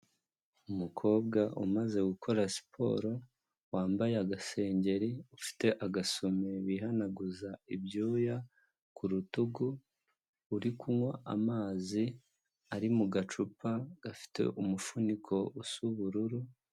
Umukobwa umaze gukora siporo, wambaye agaseri, ufite agasume bihanaguza ibyuya ku rutugu, uri kunywa amazi ari mu gacupa gafite umufuniko usa ubururu.